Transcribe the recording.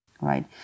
right